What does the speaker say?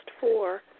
four